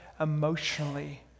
emotionally